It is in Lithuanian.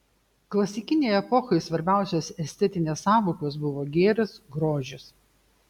klasikinei epochai svarbiausios estetinės sąvokos buvo gėris grožis